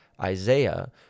Isaiah